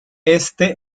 este